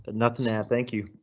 nothing now, thank you.